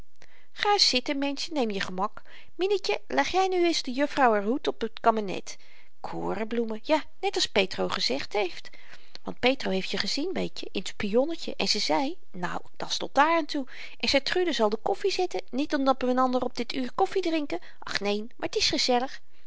had ga zitten mensch en neem je gemak mine tje leg jy nu eens de juffrouw r hoed op t kammenet korenbloemen ja net als petro gezegd heeft want petro heeft je gezien weetje in t spionnetje en ze zei nou dat s tot daaraan toe en sertrude zal de koffi zetten niet omdat we n anders op dit uur koffi drinken och neen maar t is gezellig